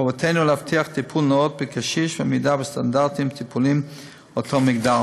חובתנו להבטיח טיפול נאות בקשיש ועמידה בסטנדרטים טיפוליים שהגדרנו.